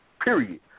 period